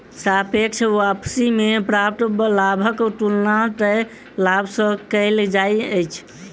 सापेक्ष वापसी में प्राप्त लाभक तुलना तय लाभ सॅ कएल जाइत अछि